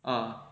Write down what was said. a